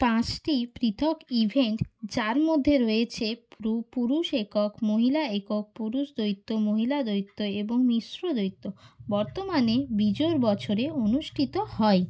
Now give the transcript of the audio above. পাঁচটি পৃথক ইভেন্ট যার মধ্যে রয়েছে প্রু পুরুষ একক মহিলা একক পুরুষ দ্বৈত মহিলা দ্বৈত এবং মিশ্র দ্বৈত বর্তমানে বিজোড় বছরে অনুষ্ঠিত হয়